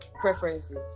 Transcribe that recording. preferences